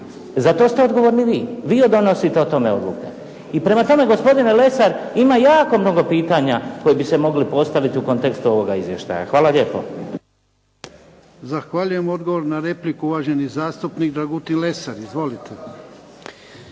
Za to ste odgovorni vi. Vi donosite o tome odluke. I prema tome gospodine Lesar ima jako mnogo pitanja koja bi se mogli postaviti u kontekstu ovoga izvještaja. Hvala lijepa. **Jarnjak, Ivan (HDZ)** Zahvaljujem. Odgovor na repliku uvaženi zastupnik Dragutin Lesar. Izvolite.